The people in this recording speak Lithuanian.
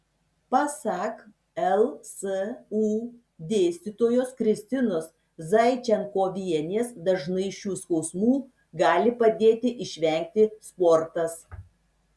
pasak lsu dėstytojos kristinos zaičenkovienės dažnai šių skausmų gali padėti išvengti sportas